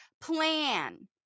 plan